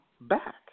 back